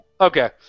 Okay